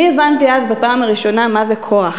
אני הבנתי אז בפעם הראשונה מה זה כוח.